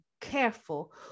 careful